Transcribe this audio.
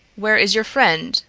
where is your friend,